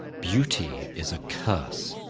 beauty is a curse,